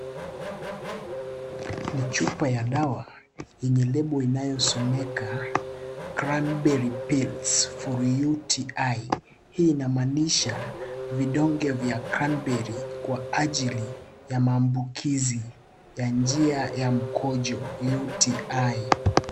Ni chupa ya dawa yenye lebo inayosomeka Cranberry Pills for UTI . Hii inamaanisha, vidonge vya Cranberry kwa ajili ya maambukizi ya njia ya mkojo UTI .